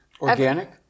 Organic